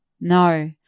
No